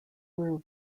grew